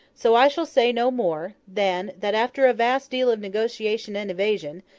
so i shall say no more, than that after a vast deal of negotiation and evasion,